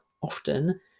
often